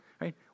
right